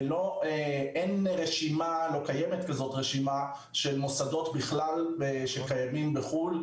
ולא קיימת רשימה של מוסדות בכלל שקיימים בחו"ל,